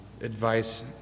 advice